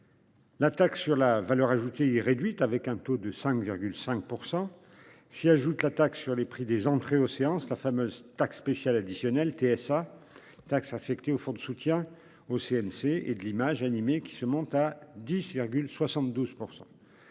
La taxe sur la valeur ajoutée réduite, avec un taux de 5,5%. S'y ajoute la taxe sur les prix des entrées aux séances la fameuse taxe spéciale additionnelle TSA taxe affectée au fonds de soutien au CNC et de l'image animée, qui se monte à 10,72%.